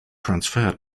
transfer